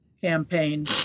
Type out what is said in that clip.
campaign